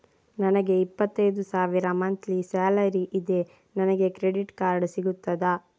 ನನಗೆ ಇಪ್ಪತ್ತೈದು ಸಾವಿರ ಮಂತ್ಲಿ ಸಾಲರಿ ಇದೆ, ನನಗೆ ಕ್ರೆಡಿಟ್ ಕಾರ್ಡ್ ಸಿಗುತ್ತದಾ?